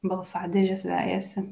balsadėžės vejasi